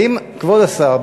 האם כבוד השר,